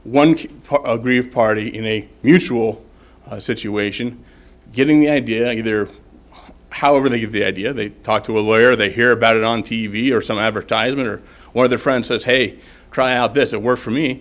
one aggrieved party in a usual situation getting the idea there however they give the idea they talk to a lawyer they hear about it on t v or some advertisement or or their friend says hey try out this it works for me